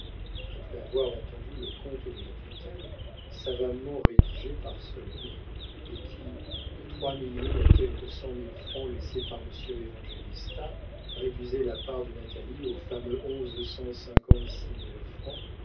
après avoir entendu le compte de la tutelle savamment rédigé par solonet et qui de trois millions et quelques cent mille francs laissés par monsieur évangélista réduisait la part de natalie aux fameux